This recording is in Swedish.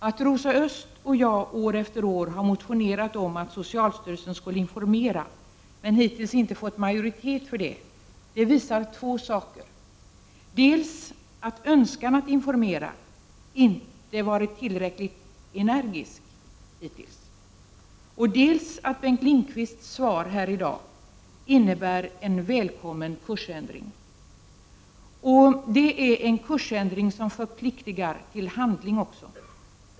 Att Rosa Östh och jag år efter år motionerat om att socialstyrelsen skulle informera i frågan, men hittills inte fått majoritet för detta, visar två saker: dels att önskan att informera inte varit tillräcklig energisk hittills, dels att Bengt Lindqvists svar här i dag innebär en välkommen kursändring. Det är en kursändring som förpliktigar till handling.